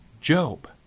Job